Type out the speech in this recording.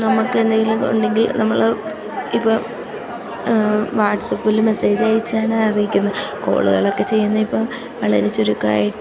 നമുക്കെന്തെങ്കിലും ഉണ്ടെങ്കിൽ നമ്മൾ ഇപ്പം വാട്സപ്പിൽ മേസ്സേജയച്ചാണ് അറിയിക്കുന്നത് കോളുകളൊക്കെ ചെയ്യുന്നത് ഇപ്പം വളരെ ചുരുക്കമായി